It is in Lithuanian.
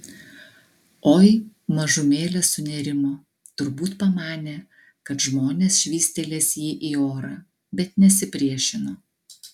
oi mažumėlę sunerimo turbūt pamanė kad žmonės švystelės jį į orą bet nesipriešino